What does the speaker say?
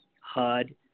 HUD